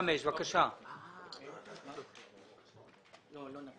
275. אני מבקש את ההתייחסות שלך לבקשה